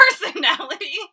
personality